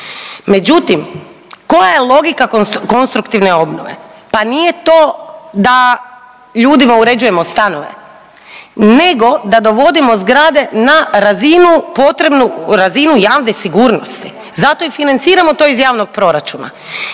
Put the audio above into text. Međutim, koja je logika konstruktivne obnove? Pa nije to da ljudima uređujemo stanove nego da dovodimo zgrade na razinu, potrebnu razinu javne sigurnost, zato i financiramo to iz javnog proračuna.